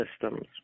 systems